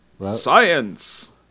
science